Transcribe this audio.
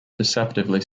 deceptively